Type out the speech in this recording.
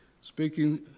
speaking